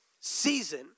season